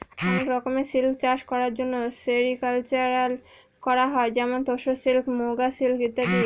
অনেক রকমের সিল্ক চাষ করার জন্য সেরিকালকালচার করা হয় যেমন তোসর সিল্ক, মুগা সিল্ক ইত্যাদি